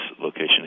location